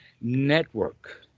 Network